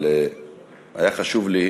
אבל היה חשוב לי,